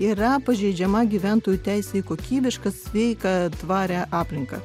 yra pažeidžiama gyventojų teisė į kokybišką sveiką tvarią aplinką